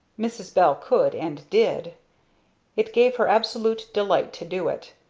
mrs. bell could and did it gave her absolute delight to do it.